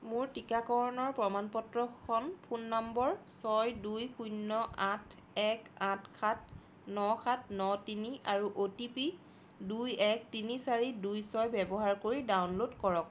মোৰ টীকাকৰণৰ প্ৰমাণ পত্ৰখন ফোন নম্বৰ ছয় দুই শূন্য আঠ এক আঠ সাত ন সাত ন তিনি আৰু অ'টিপি দুই এক তিনি চাৰি দুই ছয় ব্যৱহাৰ কৰি ডাউনলোড কৰক